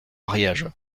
ariège